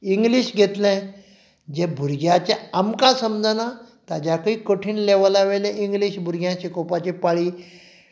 English घेतलें जें भुरग्यांचें आमकां समजना ताच्याकय कठीण लेवलावेलें इंग्लीश भुरग्यांक शिकोवपाची पाळी